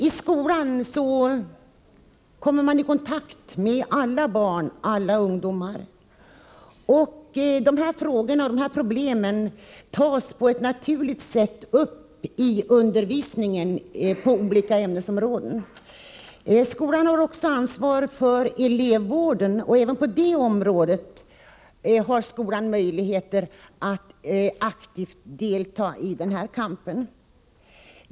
I skolan kommer de som arbetar där i kontakt med alla barn och ungdomar. De här frågorna och problemen tas upp på ett naturligt sätt i undervisningen i olika ämnen. Skolan har också ansvaret för elevvården, och även på det området har skolan möjligheter att aktivt delta i kampen.